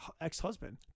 ex-husband